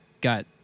got